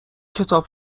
کتاب